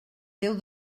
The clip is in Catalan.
déu